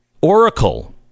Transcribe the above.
Oracle